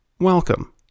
Welcome